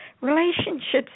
Relationships